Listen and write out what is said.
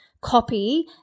copy